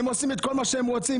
הם עושים את כל מה שהם רוצים.